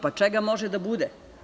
Pa čega može da bude?